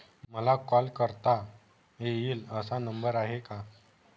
मला कॉल करता येईल असा नंबर आहे का?